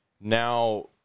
now